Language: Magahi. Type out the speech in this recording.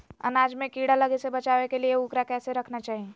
अनाज में कीड़ा लगे से बचावे के लिए, उकरा कैसे रखना चाही?